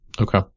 Okay